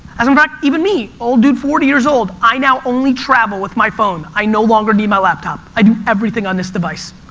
and in fact even me, old dude, forty years old, i now only travel with my phone, i no longer need my laptop. i do everything on this device.